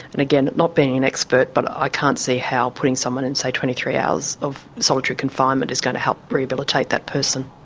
and again, not being an expert, but i can't see how putting someone in, say, twenty three hours of solitary confinement is going to help rehabilitate that person.